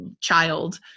child